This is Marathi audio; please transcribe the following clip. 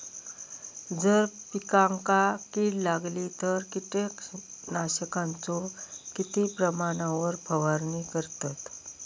जर पिकांका कीड लागली तर कीटकनाशकाचो किती प्रमाणावर फवारणी करतत?